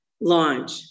launch